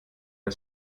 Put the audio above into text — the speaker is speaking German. der